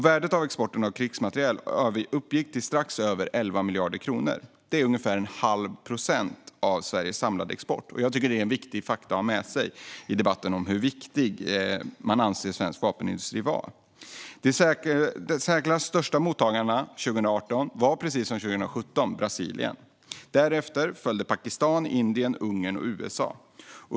Värdet på exporten av krigsmateriel uppgick till strax över 11 miljarder kronor, det vill säga ungefär en halv procent av Sveriges samlade export. Jag tycker att det är viktiga fakta att ha med sig i debatten om hur viktig man anser svensk vapenindustri vara. Det i särklass största mottagarlandet var 2018, precis som 2017, Brasilien. Därefter följde Pakistan, Indien, Ungern och USA.